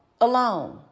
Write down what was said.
alone